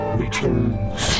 returns